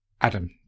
Adam